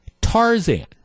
Tarzan